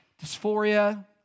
Dysphoria